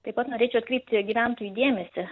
taip pat norėčiau atkreipti gyventojų dėmesį